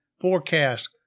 forecast